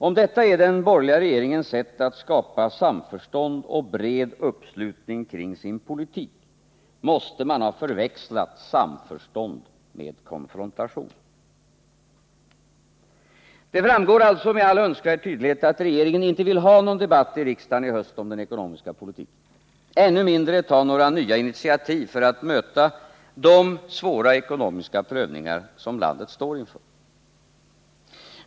Om detta är den borgerliga regeringens sätt att skapa samförstånd och bred uppslutning kring sin politik, måste man ha förväxlat samförstånd med konfrontation. Det framgår alltså med all önskvärd tydlighet att regeringen inte vill ha någon debatt i riksdagen i höst om den ekonomiska politiken och ännu mindre ta några nya intiativ för att möta de svåra ekonomiska prövningar som landet står inför.